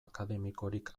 akademikorik